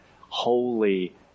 holy